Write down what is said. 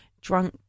drunk